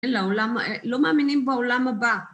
לא מאמינים בעולם הבא.